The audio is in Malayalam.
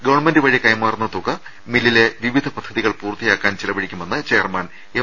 ഗവൺമെന്റ് വഴി കൈമാറുന്ന തുക മില്ലിലെ വിവിധ പദ്ധതികൾ പൂർത്തിയാക്കാൻ ചെലവഴിക്കുമെന്ന് ചെയർമാൻ എം